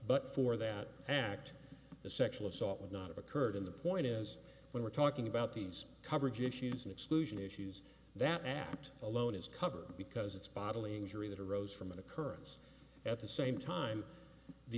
but for that act the sexual assault would not have occurred in the point is when we're talking about these coverage issues and exclusion issues that act alone is cover because it's bodily injury that arose from an occurrence at the same time the